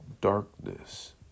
darkness